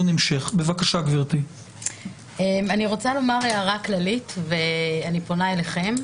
אני רוצה לומר הערה כללית ואני פונה אליכם.